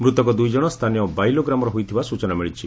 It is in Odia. ମୃତକ ଦୁଇଜଶ ସ୍ଥାନୀୟ ବାଇଲୋ ଗ୍ରାମର ହୋଇଥିବା ସୂଚନା ମିଳିଛି